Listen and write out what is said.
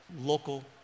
local